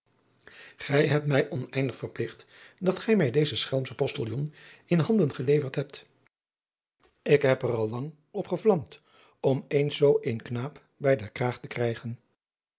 ij hebt mij oneindig verpligt dat gij mij dezen schelmschen ostiljon in handen geleverd hebt k heb er al lang op gevlamd om eens zoo een knaap bij den kraag te krijgen